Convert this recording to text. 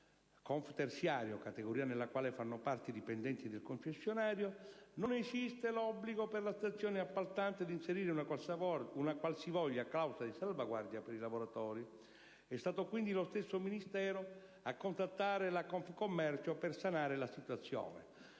il terziario la categoria della quale fanno parte i dipendenti del concessionario), non esiste l'obbligo per la stazione appaltante di inserire una qualsivoglia clausola di salvaguardia per i lavoratori. È stato quindi lo stesso Ministero a contattare la Confcommercio per sanare la situazione.